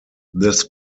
this